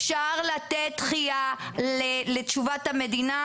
אפשר לתת דחייה לתשובת המדינה,